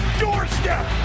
doorstep